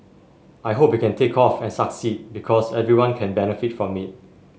I hope it can take off and succeed because everyone can benefit from it